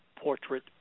portrait